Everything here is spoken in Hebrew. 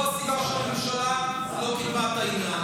זו הסיבה שהממשלה לא קידמה את העניין.